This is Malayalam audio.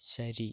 ശരി